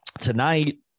Tonight